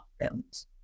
films